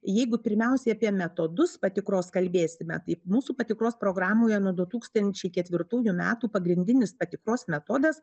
jeigu pirmiausiai apie metodus patikros kalbėsime tai mūsų patikros programoje nuo du tūkstančiai ketvirtųjų metų pagrindinis patikros metodas